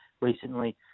recently